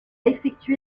effectué